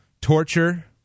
torture